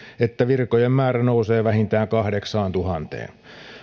että virkojen määrä nousee vähintään kahdeksaantuhanteen